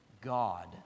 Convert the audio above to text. God